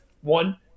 one